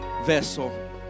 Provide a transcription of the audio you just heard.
vessel